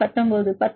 மாணவர் 19